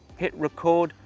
hit record,